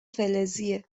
فلزیه